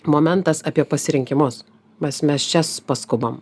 momentas apie pasirinkimus mes mes čia paskubam